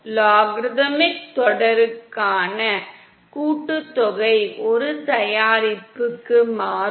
logarithmic தொடருக்கான கூட்டுத்தொகை ஒரு தயாரிப்புக்கு மாறும்